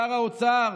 שר האוצר,